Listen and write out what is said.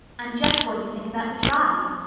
i'm just going to think about the drive.